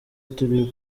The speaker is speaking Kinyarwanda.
turi